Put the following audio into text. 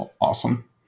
Awesome